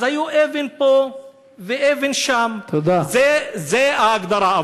אז היו אבן פה ואבן שם, זאת ההגדרה.